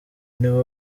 nibo